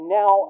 now